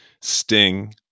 Sting